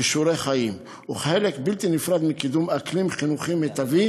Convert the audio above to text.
"כישורי חיים" וחלק בלתי-נפרד מקידום אקלים חינוכי מיטבי